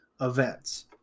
events